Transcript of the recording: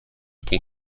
pond